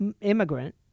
immigrant